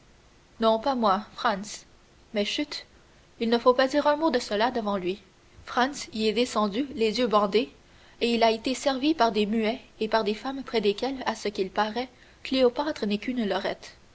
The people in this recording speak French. non pas moi franz mais chut il ne faut pas dire un mot de cela devant lui franz y est descendu les yeux bandés et il a été servi par des muets et par des femmes près desquelles à ce qu'il paraît cléopâtre n'est qu'une